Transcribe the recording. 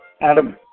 Adam